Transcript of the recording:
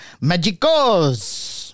Magico's